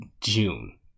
June